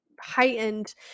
heightened